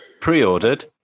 pre-ordered